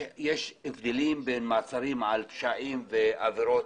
יש הבדלים בין מעצרים על פשעים ועבירות